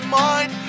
mind